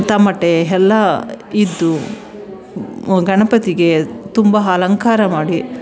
ತಮಟೆ ಎಲ್ಲ ಇದ್ದು ಗಣಪತಿಗೆ ತುಂಬ ಅಲಂಕಾರ ಮಾಡಿ